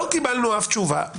לא קיבלנו אף תשובה.